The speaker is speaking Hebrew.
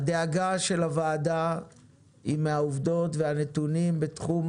הדאגה של הוועדה היא מהעובדות והנתונים בתחום